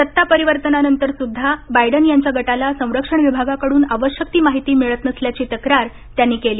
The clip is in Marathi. सत्ता परिवर्तनानंतर सुद्धा बायडन यांच्या गटाला संरक्षणविभागाकडून आवश्यक ती माहिती मिळत नसल्याची तक्रार त्यांनी केली